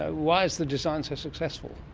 ah why is the design so successful?